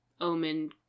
omen